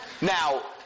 Now